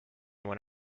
when